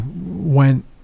went